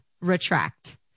retract